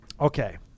Okay